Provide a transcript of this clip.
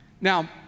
Now